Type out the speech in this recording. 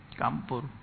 Kampur